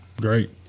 Great